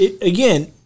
again